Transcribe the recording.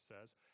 says